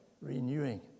renewing